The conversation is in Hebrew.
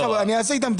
אני אשיב.